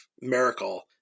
Miracle